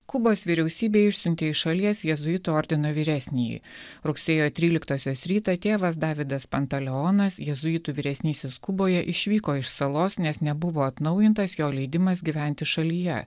kubos vyriausybė išsiuntė iš šalies jėzuitų ordino vyresnįjį rugsėjo tryliktosios rytą tėvas davidas pantaleonas jėzuitų vyresnysis kuboje išvyko iš salos nes nebuvo atnaujintas jo leidimas gyventi šalyje